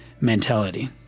mentality